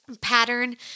pattern